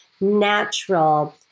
natural